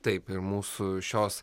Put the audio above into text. taip ir mūsų šios